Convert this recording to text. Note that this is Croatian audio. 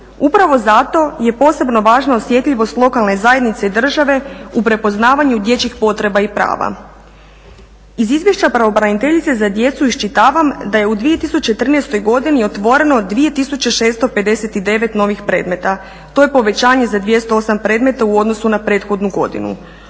Upravo zato je posebno važna osjetljivost lokalne zajednice i države u prepoznavanju dječjih potreba i prava. Iz Izvješća pravobraniteljice za djecu iščitavam da je u 2013. godini otvoreno 2659 novih predmeta. To je povećanje za 208 predmeta u odnosu na prethodnu godinu.